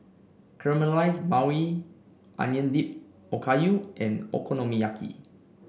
Caramelized Maui Onion Dip Okayu and Okonomiyaki